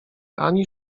ani